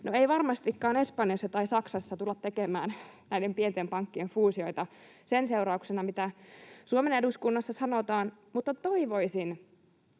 ei varmastikaan Espanjassa tai Saksassa tulla tekemään näiden pienten pankkien fuusioita sen seurauksena, mitä Suomen eduskunnassa sanotaan, mutta kun